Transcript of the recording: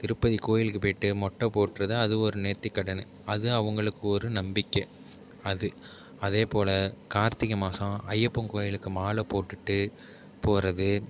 திருப்பதி கோவிலுக்கு போயிட்டு மொட்டை போடுறது அது ஒரு நேத்திக் கடன் அது அவங்களுக்கு ஒரு நம்பிக்கை அது அதே போல் கார்த்திகை மாசம் ஐயப்பன் கோவிலுக்கு மாலை போட்டுகிட்டு போகிறது